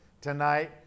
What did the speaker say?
tonight